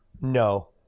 No